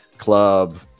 club